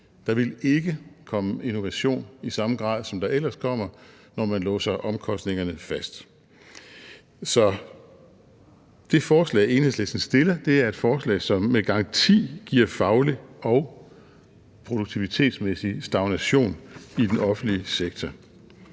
Der ville ikke komme innovation i samme grad, som der ellers kommer, når man låser omkostningerne fast. Så det forslag, Enhedslisten fremsætter, er et forslag, som med garanti giver faglig og produktivitetsmæssig stagnation i den offentlige sektor.